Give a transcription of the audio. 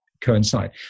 coincide